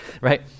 right